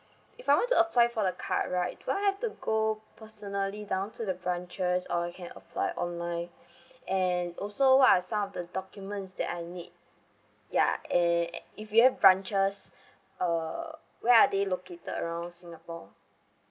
if I want to apply for the card right do I have to go personally down to the branches or we can apply online and also what are some of the documents that I need ya and if you have branches uh where are they located around singapore